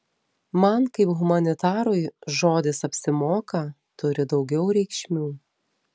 man kaip humanitarui žodis apsimoka turi daugiau reikšmių